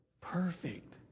Perfect